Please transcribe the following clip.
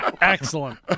Excellent